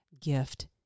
gift